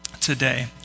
today